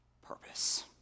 purpose